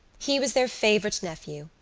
he was their favourite nephew,